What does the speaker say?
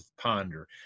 ponder